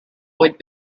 would